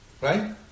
Right